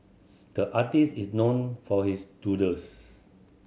the artist is known for his doodles